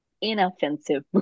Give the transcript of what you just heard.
inoffensive